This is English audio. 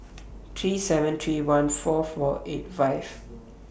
three seven three one four four eight five